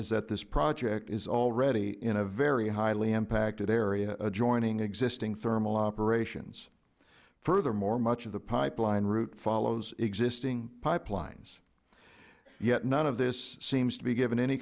is that this project is already in a very highly impacted area adjoining existing thermal operations furthermore much of the pipeline route follows existing pipelines yet none of this seems to be given any